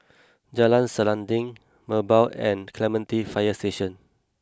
Jalan Selanting Merbau and Clementi Fire Station